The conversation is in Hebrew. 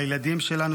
לילדים שלנו,